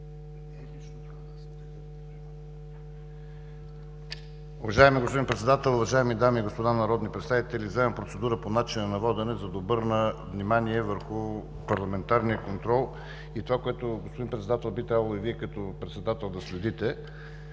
Уважаеми господин Председател, уважаеми дами и господа народни представители! Вземам процедура по начина на водене, за да обърна внимание върху парламентарния контрол и това което, господин Председател, би трябвало да следите.